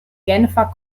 genfer